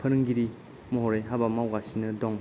फोरोंगिरि महरै हाबा मावगासिनो दं